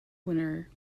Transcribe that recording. winner